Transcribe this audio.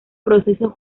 proceso